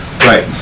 Right